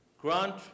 grant